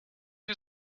you